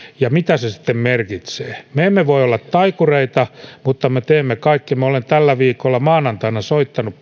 ja mitä se sitten merkitsee me emme voi olla taikureita mutta me teemme kaikkemme minä olen tällä viikolla maanantaina soittanut